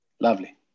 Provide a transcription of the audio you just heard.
Lovely